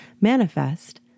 Manifest